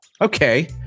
okay